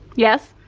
yes.